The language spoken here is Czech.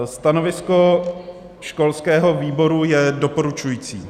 Stanovisko školského výboru je doporučující.